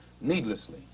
needlessly